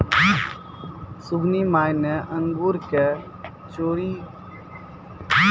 सुगनी माय न अंगूर कॅ चूरी कॅ होकरा मॅ खमीर मिलाय क घरै मॅ देशी वाइन दारू बनाय लै छै